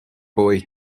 boy